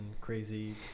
crazy